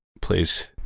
please